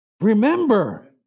Remember